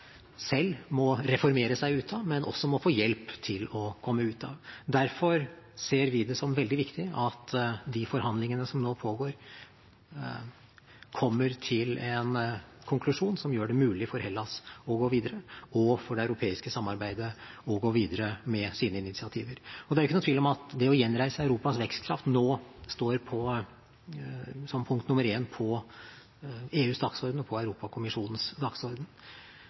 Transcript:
selv må reformere seg ut av, men også må få hjelp til å komme ut av. Derfor ser vi det som veldig viktig at man i de forhandlingene som nå pågår, kommer til en konklusjon som gjør det mulig for Hellas å gå videre – og for det europeiske samarbeidet å gå videre med sine initiativer. Det er ikke noen tvil om at det å gjenreise Europas vekstkraft nå står som punkt nr. 1 på EUs dagsorden og på Europakommisjonens dagsorden.